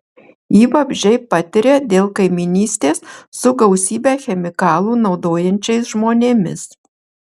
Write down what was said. jį vabzdžiai patiria dėl kaimynystės su gausybę chemikalų naudojančiais žmonėmis